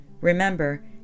Remember